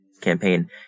campaign